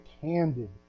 candid